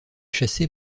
chassé